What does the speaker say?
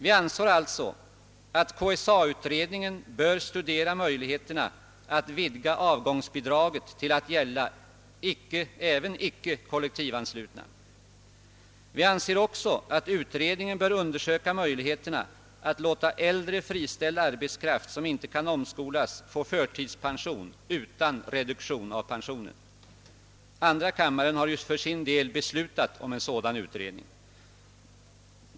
Vi anser alliså att KSA-utredningen bör studera möjligheterna att vidga avgångsbidraget till att gälla även icke kollektivanställda. Vi anser vidare att utredningen bör undersöka möjligheterna att låta äldre friställd arbetskraft som inte kan omskolas få förtidspension utan reduktion av pensionen. Andra kammaren har beslutat om en sådan utredning.